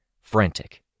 Frantic